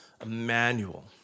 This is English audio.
Emmanuel